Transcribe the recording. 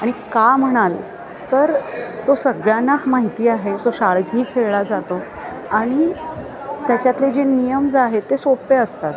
आणि का म्हणाल तर तो सगळ्यांनाच माहिती आहे तो शाळेतही खेळला जातो आणि त्याच्यातले जे नियम्ज आहेत ते सोप्पे असतात